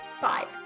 Five